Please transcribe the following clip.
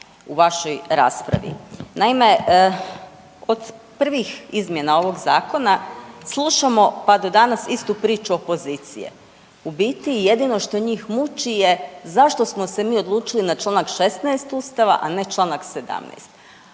u vašoj raspravi. Naime, od prvih izmjena ovog zakona slušamo pa do danas istu priču opozicije, u biti jedino što njih muči je zašto smo se mi odlučili na čl. 16. Ustava, a ne čl. 17.